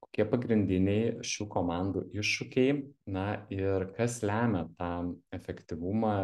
kokie pagrindiniai šių komandų iššūkiai na ir kas lemia tą efektyvumą